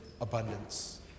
abundance